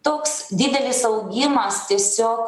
toks didelis augimas tiesiog